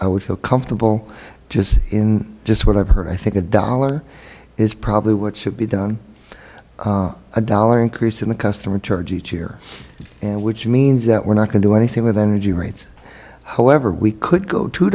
i would feel comfortable just in just what i've heard i think a dollar is probably what should be done a dollar increase in the customer charge each year which means that we're not going do anything with energy rates however we could go two